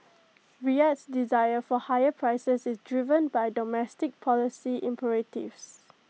Riyadh's desire for higher prices is driven by domestic policy imperatives